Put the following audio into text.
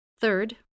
Third